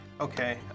Okay